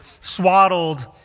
swaddled